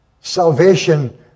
salvation